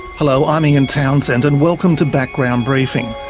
hello, i'm ian townsend and welcome to background briefing.